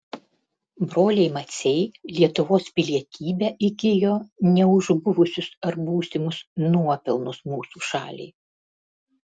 broliai maciai lietuvos pilietybę įgijo ne už buvusius ar būsimus nuopelnus mūsų šaliai